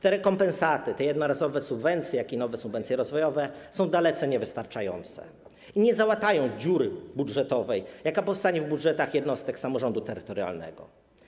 Te rekompensaty, jednorazowe subwencje, jak również nowe subwencje rozwojowe są dalece niewystarczające i nie załatają dziury budżetowej, jaka powstanie w budżetach jednostek samorządu terytorialnego.